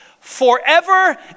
forever